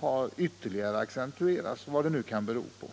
har ytterligare accentuerats — vad det nu kan bero på.